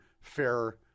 fair